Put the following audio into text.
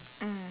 mm